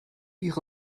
ihre